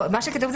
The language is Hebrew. איפה זה כתוב?